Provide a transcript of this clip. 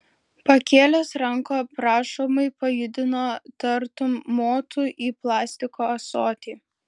pakėlęs ranką prašomai pajudino tartum motų į plastiko ąsotį